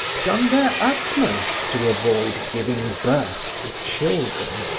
done their utmost to avoid giving birth to children.